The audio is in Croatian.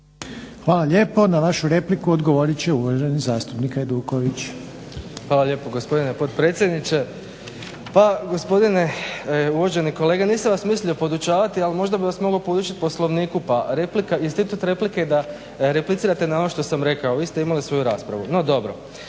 Hvala lijepo. Na vašu repliku odgovorit će uvaženi zastupnik Hajduković. **Hajduković, Domagoj (SDP)** Hvala lijepo gospodine potpredsjedniče. Pa gospodine uvaženi kolega, nisam vas mislio podučavati, ali možda bih vas mogao podučiti Poslovniku. Institut replike je da replicirate na ono što sam rekao, vi ste imali svoju raspravu, no dobro.